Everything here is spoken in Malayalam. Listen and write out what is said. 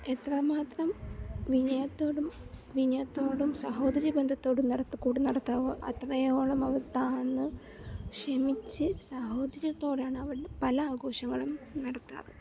എത്രമാത്രം വിനയത്തോടും വിനയത്തോടും സാഹോദ്യര്യ ബന്ധത്തോടും കൂടെ നടത്താവോ അത്രയോളം അവർ താഴ്ന്ന് ക്ഷമിച്ച് സാഹോദര്യത്തോടെയാണവർ പല ആഘോഷങ്ങളും നടത്താറ്